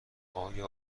آیا